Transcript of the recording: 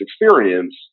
experience